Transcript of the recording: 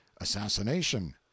assassination